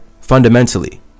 fundamentally